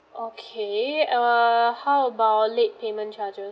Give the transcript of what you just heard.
okay err how about late payment charges